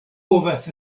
povas